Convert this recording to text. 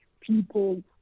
people